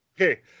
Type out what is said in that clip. Okay